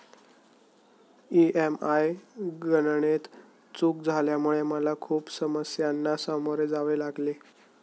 EMI गणनेत चूक झाल्यामुळे मला खूप समस्यांना सामोरे जावे लागले